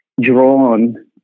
drawn